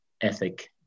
ethic